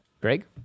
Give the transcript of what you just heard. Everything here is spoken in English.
Greg